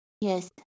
Yes